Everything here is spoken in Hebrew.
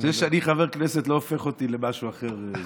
זה שאני חבר כנסת לא הופך אותי למשהו אחר.